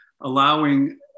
allowing